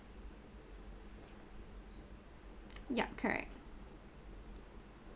yup correct